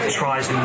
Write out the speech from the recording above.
tries